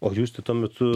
o jūs tuo metu